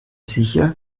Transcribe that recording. sicher